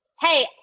Hey